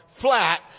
flat